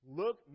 look